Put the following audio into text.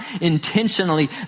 intentionally